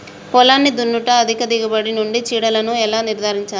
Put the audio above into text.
పొలాన్ని దున్నుట అధిక దిగుబడి నుండి చీడలను ఎలా నిర్ధారించాలి?